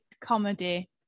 comedy